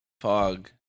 Fog